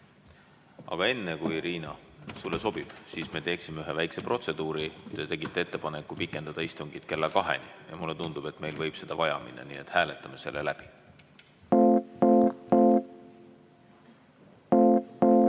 Riina, kui sulle sobib, siis enne me teeksime läbi ühe väikse protseduuri. Te tegite ettepaneku pikendada istungit kella kaheni ja mulle tundub, et meil võib seda vaja minna. Nii et hääletame selle läbi. Head